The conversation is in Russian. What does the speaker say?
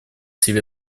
себе